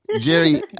Jerry